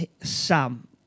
Sam